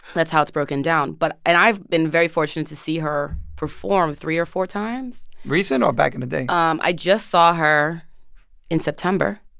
that's how it's broken down. but and i've been very fortunate to see her perform three or four times recent or back in the day? um i just saw her in september.